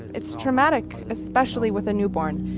it's traumatic. especially with a newborn.